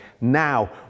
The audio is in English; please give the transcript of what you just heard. Now